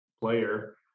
player